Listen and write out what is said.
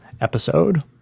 episode